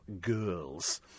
girls